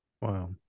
wow